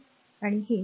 आणि हे 0